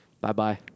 Bye-bye